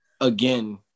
again